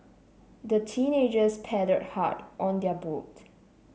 the teenagers paddled hard on their boat